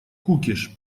кукиш